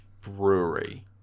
brewery